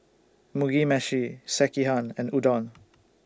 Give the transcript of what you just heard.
Mugi Meshi Sekihan and Udon